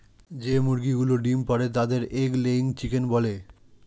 যে মুরগিগুলো ডিম পাড়ে তাদের এগ লেয়িং চিকেন বলে